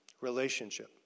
relationship